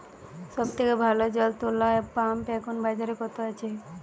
সব থেকে ভালো জল তোলা পাম্প এখন বাজারে কত আছে?